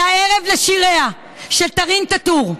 בתיאטרון יפו היה ערב לשיריה של דארין טאטור.